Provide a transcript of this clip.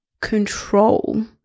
control